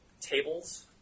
tables